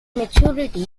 maturity